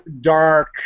dark